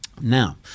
Now